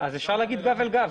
אפשר להגיד גב אל גב.